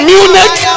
Munich